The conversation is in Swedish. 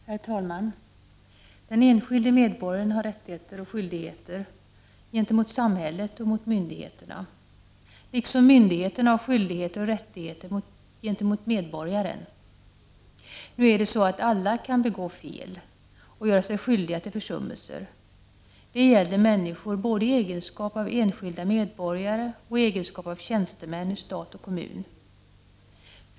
Herr talman! Den enskilde medborgaren har rättigheter och skyldigheter gentemot samhället och mot myndigheterna, liksom myndigheterna har skyldigheter och rättigheter gentemot medborgaren. Nu är det så att alla kan begå fel och göra sig skyldiga till försummelser. Det gäller människor både i egenskap av enskilda medborgare och i egenskap av tjänstemän i stat och kommun.